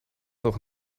doch